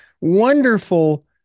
wonderful